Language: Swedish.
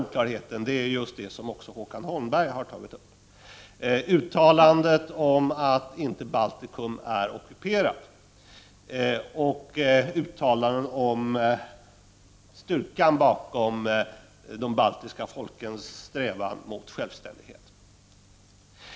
Oklarheten har skapats av det som Håkan Holmberg var inne på, nämligen uttalandet om att Baltikum inte är ockuperat och uttalanden om styrkan bakom de baltiska folkens strävanden för självständighet.